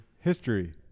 history